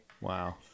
Wow